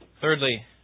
Thirdly